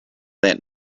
that